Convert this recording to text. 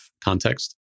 context